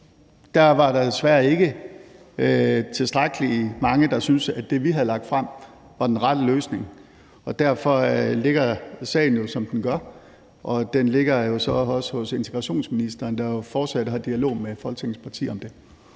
Der var desværre ikke tilstrækkelig mange, der syntes, at det, vi havde lagt frem, var den rette løsning, og derfor ligger sagen jo, som den gør, og den ligger så også hos integrationsministeren, der fortsat har dialog med Folketingets partier om det.